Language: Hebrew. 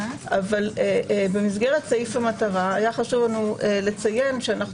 אבל במסגרת סעיף המטרה היה חשוב לנו להזכיר,